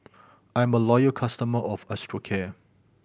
I'm a loyal customer of Osteocare